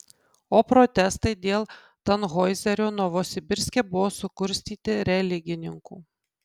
o protestai dėl tanhoizerio novosibirske buvo sukurstyti religininkų